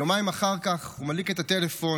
יומיים אחר כך הוא מדליק את הטלפון,